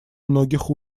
многих